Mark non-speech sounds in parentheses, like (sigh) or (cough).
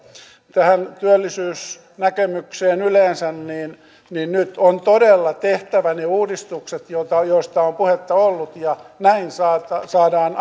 tähän työllisyysnäkemykseen yleensä nyt on todella tehtävä ne uudistukset joista on puhetta ollut näin saadaan (unintelligible)